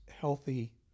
healthy